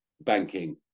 banking